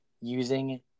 using